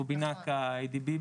אייבי פובינאקה,